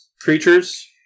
creatures